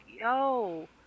yo